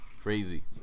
Crazy